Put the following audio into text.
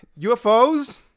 UFOs